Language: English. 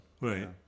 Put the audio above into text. right